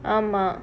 ஆமா:aamaa